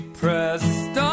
pressed